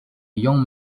young